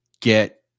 Get